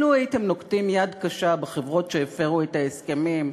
לו הייתם נוקטים יד קשה בחברות שהפרו את ההסכמים,